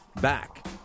Back